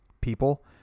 people